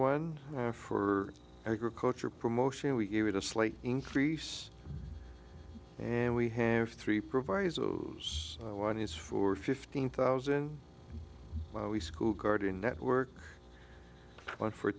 one for agriculture promotion we gave it a slight increase and we have three provisos one is for fifteen thousand school garden network one for